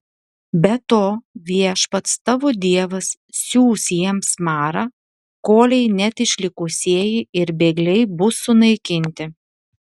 be to viešpats tavo dievas siųs jiems marą kolei net išlikusieji ir bėgliai bus sunaikinti